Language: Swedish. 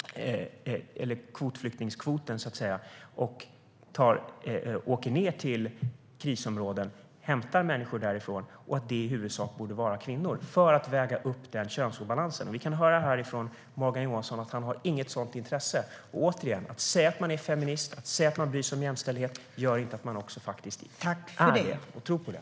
Vi kan åka ned till krisområden och hämta människor därifrån, och de bör i huvudsak vara kvinnor. Då kan vi väga upp könsobalansen. Men vi kan höra här att Morgan Johansson inte har något intresse av det. Återigen, att säga att man är feminist och att man bryr sig om jämställdhet betyder inte att man faktiskt är det och tror på det.